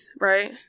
right